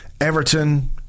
Everton